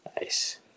Nice